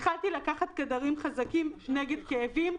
התחלתי לקחת כדורים חזקים נגד כאבים,